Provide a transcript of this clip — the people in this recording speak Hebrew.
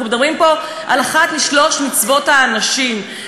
אנחנו מדברים פה על אחת משלוש מצוות הנשים,